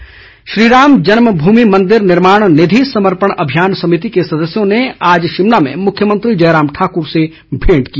मंदिर निर्माण निधि श्रीराम जन्म भूमि मंदिर निर्माण निधि समर्पण अभियान समिति के सदस्यों ने आज शिमला में मुख्यमंत्री जयराम ठाकुर से भेंट की